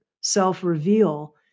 self-reveal